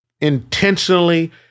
intentionally